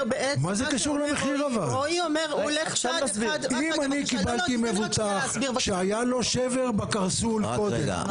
אם אני קיבלתי מבוטח שהיה לו שבר בקרסול קודם,